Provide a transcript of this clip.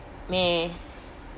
meh